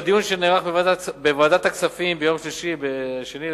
בדיון שנערך בוועדת הכספים ביום 2 בפברואר